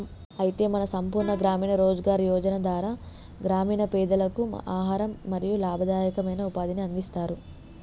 అయితే మన సంపూర్ణ గ్రామీణ రోజ్గార్ యోజన ధార గ్రామీణ పెదలకు ఆహారం మరియు లాభదాయకమైన ఉపాధిని అందిస్తారు